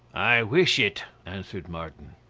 i wish it, answered martin.